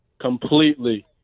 completely